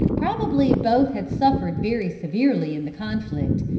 probably both had suffered very severely in the conflict,